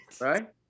Right